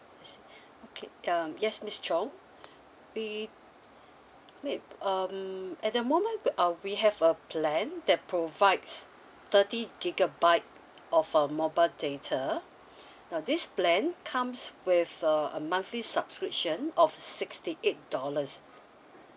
I see okay um yes miss chong we wait um at the moment uh we have a plan that provides thirty gigabyte of a mobile data now this plan comes with a a monthly subscription of sixty eight dollars